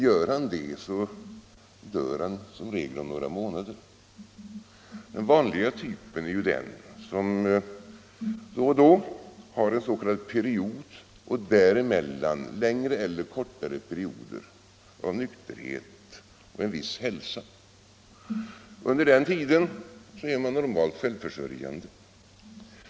Gör han det dör han som regel inom några månader. Den vanliga typen är den som då och då har en s.k. period och däremellan har längre eller kortare perioder av nykterhet och en viss hälsa. Under den tiden är dessa personer normalt självförsörjande.